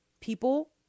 people